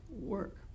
work